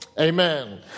Amen